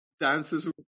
Dances